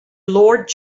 lord